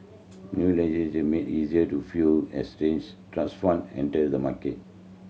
new legislation made easier to few exchange trust fund enter the market